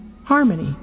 harmony